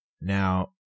Now